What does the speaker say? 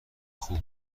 خوب